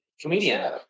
comedian